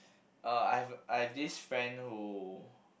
uh I have I have this friend who